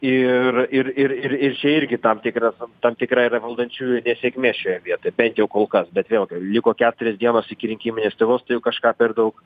ir ir ir ir ir čia irgi tam tikras tam tikra yra valdančiųjų nesėkmė šioje vietoj bent jau kol kas bet vėlgi liko keturios dienos iki rinkiminės kovos tai jau kažką per daug